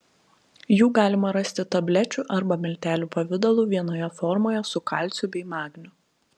jų galima rasti tablečių arba miltelių pavidalu vienoje formoje su kalciu bei magniu